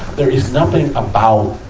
there is nothing about